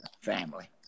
family